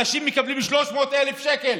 אנשים מקבלים 300,000 שקל